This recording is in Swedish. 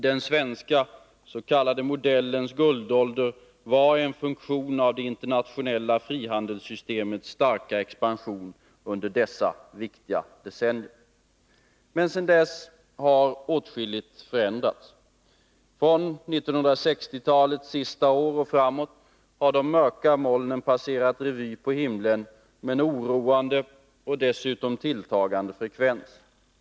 Den s.k. svenska modellens guldålder var en funktion av det internationella frihandelssystemets starka expansion under dessa viktiga decennier. Sedan dess har åtskilligt förändrats. Från 1960-talets sista år och framåt har de mörka molnen passerat revy på himlen med oroande och dessutom tilltagande frekvens.